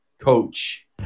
Coach